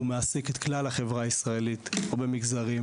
הוא מעסיק את כלל החברה הישראלית במגזרים.